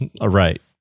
Right